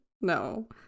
No